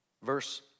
Verse